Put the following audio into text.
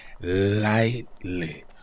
lightly